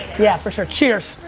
yeah, for sure. cheers.